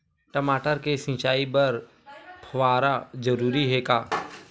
टमाटर के सिंचाई बर फव्वारा जरूरी हे का?